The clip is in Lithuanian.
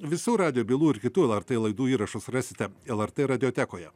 visų radijo bylų ir kitų lrt laidų įrašus rasite lrt radijotekoje